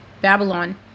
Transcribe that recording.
Babylon